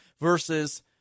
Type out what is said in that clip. versus